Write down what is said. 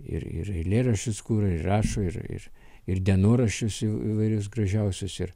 ir ir eilėraščius kuria ir rašo ir ir ir dienoraščius įvairius gražiausius ir